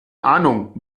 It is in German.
ahnung